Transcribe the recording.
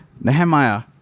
Nehemiah